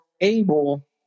able